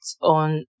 on